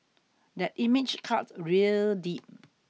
that image cut real deep